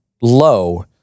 low